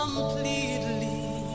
Completely